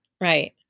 Right